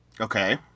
Okay